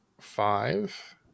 Five